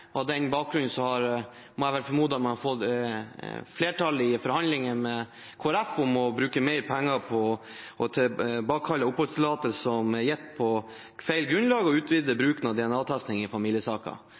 og på den bakgrunn vel hadde formodet å få flertall i forhandlingene med Kristelig Folkeparti om å bruke mer penger på å tilbakekalle oppholdstillatelser som er gitt på feil grunnlag, og utvide